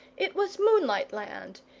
it was moonlight land,